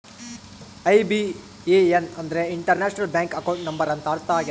IBAN ಅಂದ್ರೆ international bank account number ಅಂತ ಅರ್ಥ ಆಗ್ಯದ